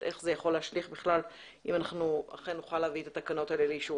איך זה יכול להשליך אם אנחנו אכן נוכל להביא את התקנות האלה לאישור.